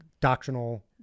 doctrinal